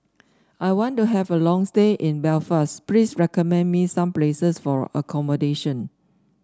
I want to have a long stay in Belfast please recommend me some places for accommodation